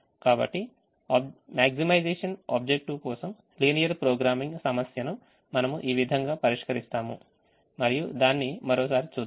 కాబట్టి maximization objective కోసం linear programming సమస్యను మనము ఈ విధంగా పరిష్కరిస్తాము మరియు దాన్ని మరోసారి చూద్దాము